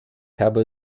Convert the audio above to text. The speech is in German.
habe